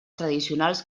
tradicionals